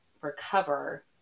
recover